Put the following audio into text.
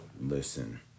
Listen